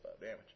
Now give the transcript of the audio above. damage